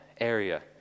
area